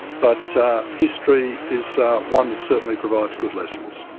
but history is one that certainly provides good lessons.